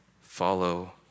follow